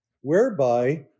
whereby